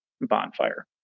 bonfire